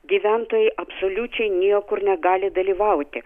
gyventojai absoliučiai niekur negali dalyvauti